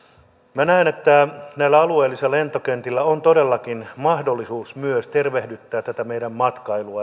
minä näen että näillä alueellisilla lentokentillä on todellakin mahdollisuus myös tervehdyttää tätä meidän matkailua